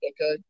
Okay